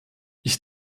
ich